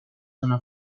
una